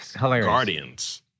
Guardians